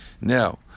Now